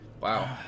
Wow